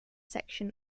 section